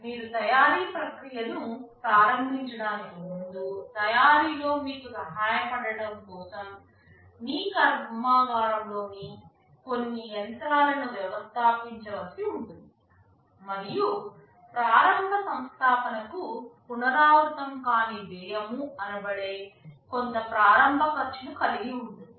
మీరు తయారీ ప్రక్రియను ప్రారంభించడానికి ముందు తయారీలో మీకు సహాయపడటం కోసం మీ కర్మాగారంలో కొన్ని యంత్రాలను వ్యవస్థాపించవలసి ఉంటుంది మరియు ప్రారంభ సంస్థాపనకు పునరావృతం కాని వ్యయంఅనబడే కొంత ప్రారంభ ఖర్చును కలిగి ఉంటుంది